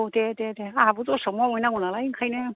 औ दे दे दे आंहाबो दस्रायाव मावहै नांगौनालाय बेनखायनो